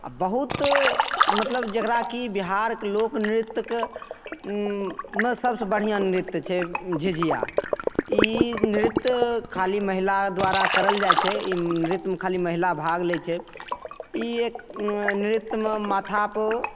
आओर बहुत मतलब जकरा कि बिहारके लोक नृत्यके मे सबसे बढ़िआँ नृत्य छै झिझिया ई नृत्य खाली महिला द्वारा करल जाइ छै ई नृत्यमे खाली महिला भाग लै छै ई एक नृत्यमे माथापर